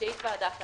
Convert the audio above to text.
רשאית ועדת הערר,